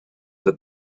that